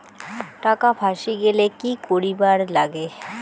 টাকা ফাঁসি গেলে কি করিবার লাগে?